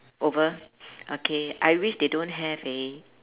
over okay I wish they don't have eh